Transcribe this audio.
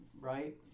right